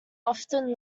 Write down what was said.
often